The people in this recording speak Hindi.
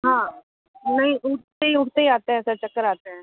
हाँ नहीं उठते ही उठते ही आता है सर चक्कर आते हैं